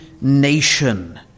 nation